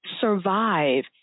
survive